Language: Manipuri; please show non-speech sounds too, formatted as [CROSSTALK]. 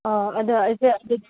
ꯑꯥ ꯑꯗꯨ ꯑꯁꯤ [UNINTELLIGIBLE]